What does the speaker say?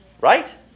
right